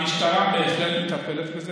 המשטרה בהחלט מטפלת בזה.